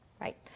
right